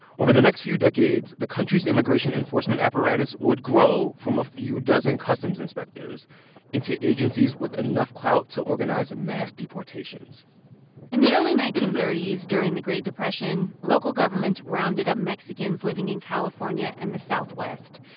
over the next few decades, the country's immigration enforcement apparatus would grow from a few dozen customs inspectors into agencies with enough clout to organize mass deportations in the early nineteen thirty s, during the great depression, local governments rounded up mexicans living in california and the southwest,